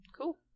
Cool